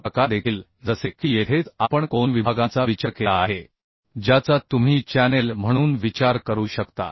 इतर प्रकार देखील जसे की येथेच आपण कोन विभागांचा विचार केला आहे ज्याचा तुम्ही चॅनेल म्हणून विचार करू शकता